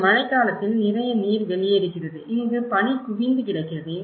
இந்த மழைக்காலத்தில் நிறைய நீர் வெளியேறுகிறது இங்கு பனி குவிந்து கிடக்கிறது